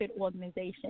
organization